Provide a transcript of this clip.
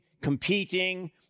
competing